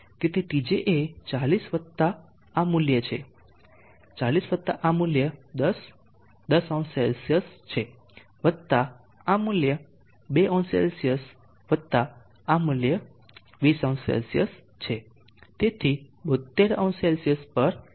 તેથી Tj એ 40 વત્તા આ મૂલ્ય છે 40 વત્તા આ મૂલ્ય 10 100 છે વત્તા આ મૂલ્ય 20 વત્તા આ મૂલ્ય 200 છે તેથી 720C પર આવે છે